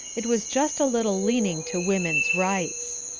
it was just a little leaning to woman's rights.